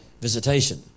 visitation